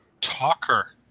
Talker